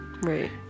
Right